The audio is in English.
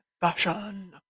Fashion